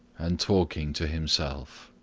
and talking to himself.